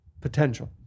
potential